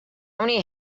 many